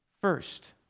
First